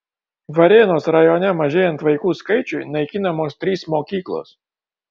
varėnos rajone mažėjant vaikų skaičiui naikinamos trys mokyklos